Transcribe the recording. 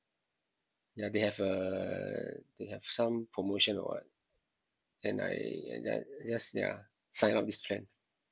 ya they have uh they have some promotion or what and I and then just ya sign up this trend